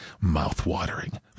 Mouth-watering